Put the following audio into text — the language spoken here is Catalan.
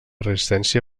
resistència